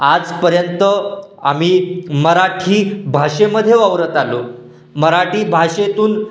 आजपर्यंत आम्ही मराठी भाषेमध्ये वावरत आलो मराठी भाषेतून